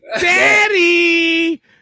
daddy